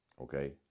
Okay